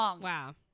wow